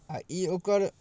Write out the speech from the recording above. आ ई ओकर